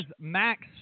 Max